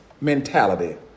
mentality